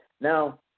Now